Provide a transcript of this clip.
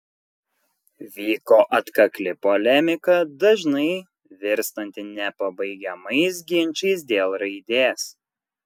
vyko atkakli polemika dažnai virstanti nepabaigiamais ginčais dėl raidės